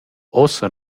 uossa